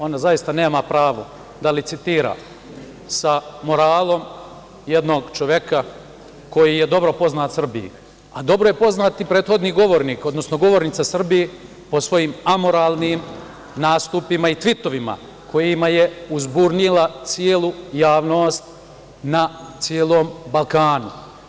Ona zaista nema pravo da licitira sa moralom jednog čoveka koji je dobro poznat Srbiji, a dobro je poznat i prethodni govornik, odnosno govornica Srbiji po svojim amoralnim nastupima i tvitovima kojima je uzburnjila celu javnost na celom Balkanu.